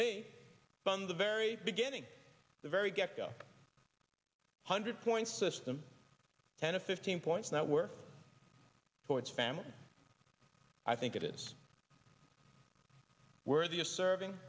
me from the very beginning the very get go hundred points system ten to fifteen points that were ford's family i think it is worthy of serving